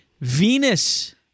venus